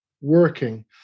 working